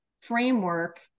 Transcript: framework